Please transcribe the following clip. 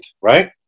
right